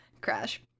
Crash